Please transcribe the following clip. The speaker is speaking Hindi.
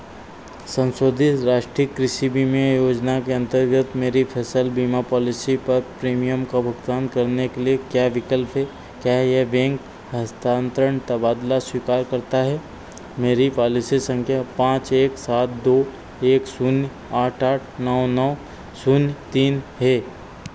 संशोधित राष्ट्रीय कृषि बीमा योजना के अंतर्गत मेरी फसल बीमा पॉलिसी पर प्रीमियम का भुगतान करने के लिए क्या विकल्प हैं क्या यह बैंक हस्तांतरण तबादला स्वीकार करता है मेरी पॉलिसी संख्या पाँच एक सात दो एक शून्य आठ आठ नौ नौ शून्य तीन है